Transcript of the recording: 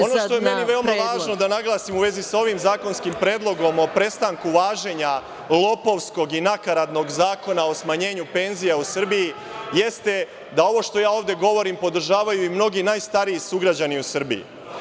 Ono što je meni veoma važno da naglasim u vezi sa ovim zakonskim predlogom o prestanku važenja lopovskog i nakaradnog zakona o smanjenju penzija u Srbiji jeste da ovo što ja ovde govorim podržavaju mnogi najstariji sugrađani u Srbiji.